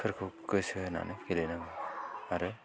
फोरखौ गोसो होनानै गेलेनांगौ आरो